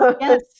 yes